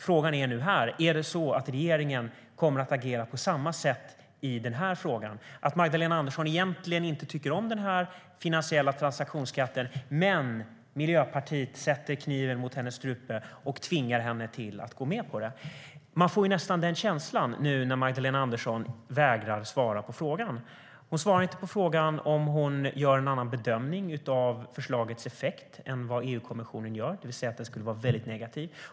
Frågan är nu: Kommer regeringen att agera på samma sätt i denna fråga? Är det så att Magdalena Andersson egentligen inte tycker om den finansiella transaktionsskatten, men att Miljöpartiet sätter kniven mot hennes strupe och tvingar henne att gå med på det? Man får nästan den känslan nu när Magdalena Andersson vägrar att svara på frågan. Hon svarar inte på frågan om hon gör en annan bedömning av förslagets effekt än vad EU-kommissionen gör, det vill säga att den skulle vara väldigt negativ.